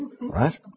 right